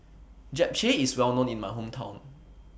Japchae IS Well known in My Hometown